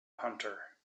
hunter